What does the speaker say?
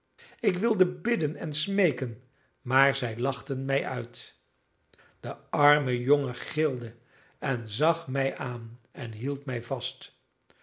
ik wilde bidden en smeeken maar zij lachten mij uit de arme jongen gilde en zag mij aan en hield mij vast